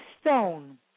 stone